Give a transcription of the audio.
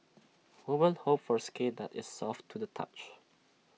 women hope for skin that is soft to the touch